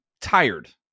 tired